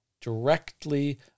directly